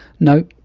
no,